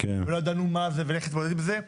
לא ידענו מה זה ואיך להתמודד עם זה,